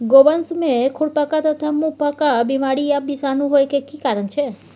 गोवंश में खुरपका तथा मुंहपका बीमारी आ विषाणु होय के की कारण छै?